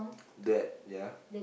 that ya